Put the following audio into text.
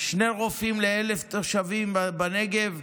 שני רופאים ל-1,000 תושבים בנגב,